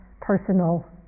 personal